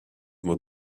mod